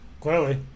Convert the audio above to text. Clearly